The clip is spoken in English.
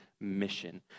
mission